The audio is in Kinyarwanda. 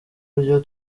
buryo